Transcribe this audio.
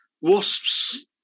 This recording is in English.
Wasps